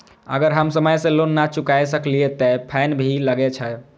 अगर हम समय से लोन ना चुकाए सकलिए ते फैन भी लगे छै?